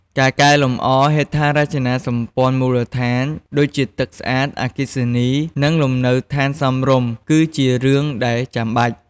ការកែលម្អ ហេដ្ឋារចនាសម្ព័ន្ធមូលដ្ឋាន ដូចជាទឹកស្អាត អគ្គិសនី និងលំនៅឋានសមរម្យ គឺជារឿងដែលចាំបាច់។